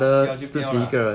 不要就不要 lah